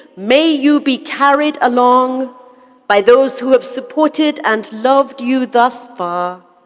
may you be carried along by those who have supported and loved you thus far,